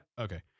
Okay